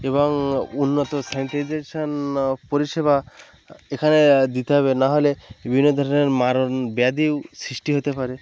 এবং উন্নত স্যানিটাইজেশান পরিষেবা এখানে দিতে হবে না হলে বিভিন্ন ধরনের মারণ ব্যাধিও সৃষ্টি হতে পারে